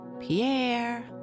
Pierre